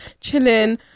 chilling